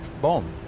Boom